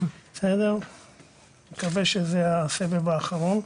מקווה שזה הסבב האחרון.